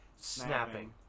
snapping